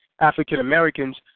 African-Americans